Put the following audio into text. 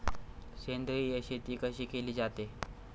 सेंद्रिय शेती कशी केली जाते?